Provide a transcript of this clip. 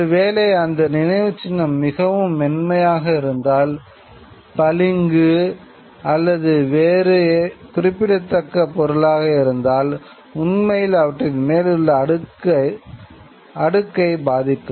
ஒரு வேளை அந்த நினைவுச்சின்னம் மிகவும் மென்மையாக இருந்தால் பளிங்கு அல்லது வேறு குறிப்பிடத்தகுந்த பொருளாக இருந்தால் உண்மையில் அவற்றின் மேலுள்ள அடுக்கை பாதிக்கும்